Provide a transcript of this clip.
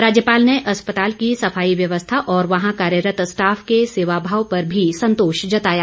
राज्यपाल ने अस्पताल की सफाई व्यवस्था और वहां कार्यरत स्टॉफ के सेवाभाव पर भी संतोष जताया